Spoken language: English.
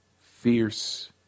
fierce